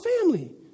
family